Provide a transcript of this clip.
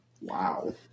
Wow